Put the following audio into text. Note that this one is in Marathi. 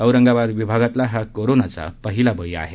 औरंगाबाद विभागातला हा कोरोनाचा पहिला बळी आहे